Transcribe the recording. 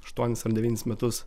aštuonis ar devynis metus